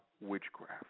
witchcraft